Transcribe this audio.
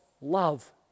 love